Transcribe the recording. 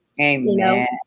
Amen